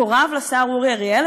מקורב לשר אורי אריאל,